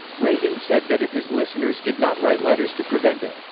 reagan said that if his listeners did not write letters to prevent it,